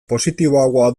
positiboagoa